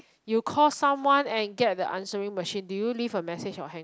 you call someone and get the answering machine do you leave a mesage or hang up